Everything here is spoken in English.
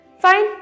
fine